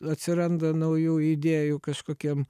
atsiranda naujų idėjų kažkokiem